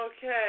Okay